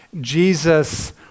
Jesus